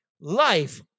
life